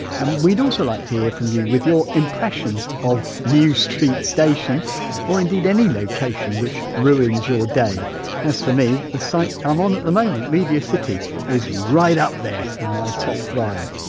we'd also like to hear from you with your impressions of new street station or indeed any location, which ruins your day as for me, the site i'm on at the moment, media city is right up there in my top five.